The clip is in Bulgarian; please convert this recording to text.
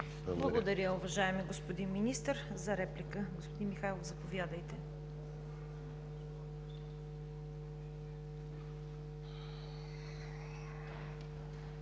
Благодаря, уважаеми господин Министър. За реплика – господин Михайлов, заповядайте.